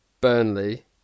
Burnley